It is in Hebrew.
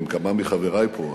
עם כמה מחברי פה.